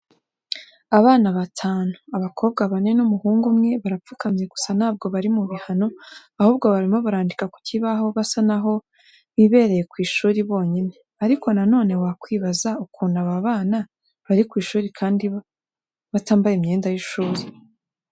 Abana batanu, abakobwa bane n'umuhungu umwe, barapfukamye gusa ntabwo bari mu bihano ahubwo barimo barandika ku kibaho basa naho bibereye ku ishuri bonyine, ariko nanone wakwibaza ukuntu aba bana bari ku ishuri kandi batambaye imyenda y'ishuri.